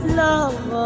love